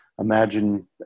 imagine